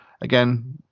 again